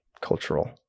cultural